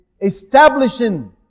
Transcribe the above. establishing